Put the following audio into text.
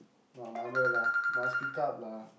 !wah! mother lah must pick up lah